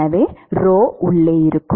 எனவே உள்ளே இருக்கும்